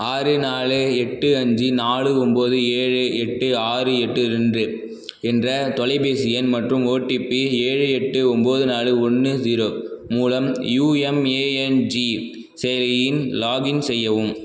ஆறு நாலு எட்டு அஞ்சு நாலு ஒம்பது ஏழு எட்டு ஆறு எட்டு ரெண்டு என்ற தொலைபேசி எண் மற்றும் ஓடிபி ஏழு எட்டு ஒம்பது நாலு ஒன்று ஜீரோ மூலம் யுஎம்ஏஎன்ஜி செயலியில் லாக் இன் செய்யவும்